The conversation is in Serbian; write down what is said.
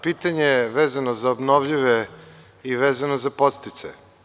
Pitanje je vezano za obnovljive i vezano za podsticaje.